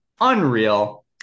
unreal